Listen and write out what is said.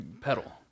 pedal